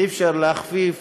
אי-אפשר להכפיף